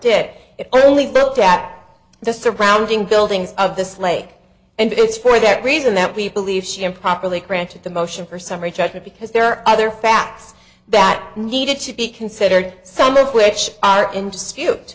did it only built at the surrounding buildings of this lake and it's for that reason that we believe she improperly granted the motion for summary judgment because there are other facts that needed to be considered some of which are in